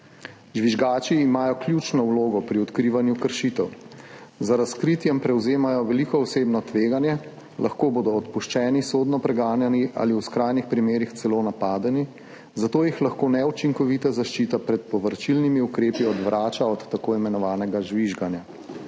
Žvižgači imajo ključno vlogo pri odkrivanju kršitev. Z razkritjem prevzemajo veliko osebno tveganje, lahko bodo odpuščeni, sodno preganjani ali v skrajnih primerih celo napadeni, zato jih lahko neučinkovita zaščita pred povračilnimi ukrepi odvrača od tako imenovanega žvižganja.